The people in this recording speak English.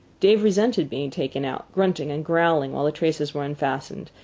dave resented being taken out, grunting and growling while the traces were unfastened,